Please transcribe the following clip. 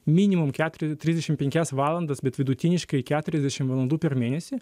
minimum ketur trisdešimt penkias valandas bet vidutiniškai keturiasdešimt valandų per mėnesį